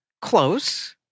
Close